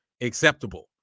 acceptable